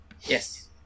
Yes